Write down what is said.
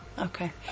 okay